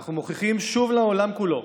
אנחנו מוכיחים שוב לעולם כולו